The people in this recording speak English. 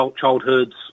childhoods